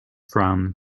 from